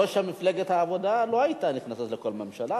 לא שמפלגת העבודה לא היתה נכנסת לכל ממשלה.